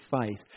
faith